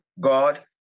God